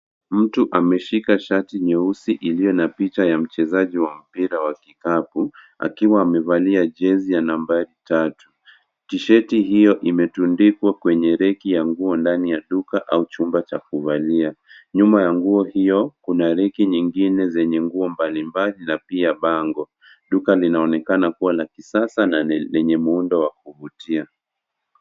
Mtu ameshika shati nyeupe ilio na picha ya mchezaji wa mpira ya kikapu akiwa amevalia jezi ya nambari tatu. T-shati hio imetundikwa kwenye reki ya nguo ndani ya duka au jumba cha kuvalia. Nyuma ya nguo hio kuna reki nyingine zenye nguo mbali mbali na pia bango. Duka linaonekana la kisasa na enye muundo wa kufutia.